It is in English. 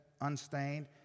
unstained